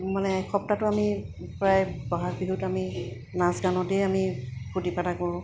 মানে সপ্তাহটো আমি প্ৰায় বহাগ বিহুত আমি নাচ গানতেই আমি ফূৰ্তি ফাৰ্তা কৰোঁ